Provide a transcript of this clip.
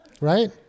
right